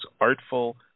artful